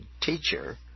teacher